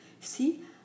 See